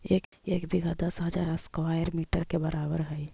एक बीघा दस हजार स्क्वायर मीटर के बराबर हई